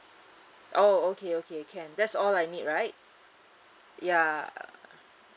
oh okay okay can that's all I need right ya